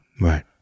Right